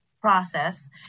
process